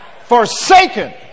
forsaken